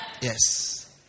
Yes